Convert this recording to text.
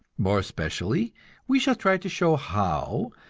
more especially we shall try to show how,